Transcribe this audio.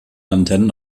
antennen